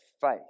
faith